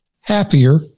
happier